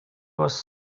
was